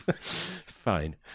Fine